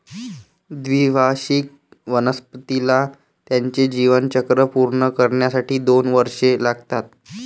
द्विवार्षिक वनस्पतीला त्याचे जीवनचक्र पूर्ण करण्यासाठी दोन वर्षे लागतात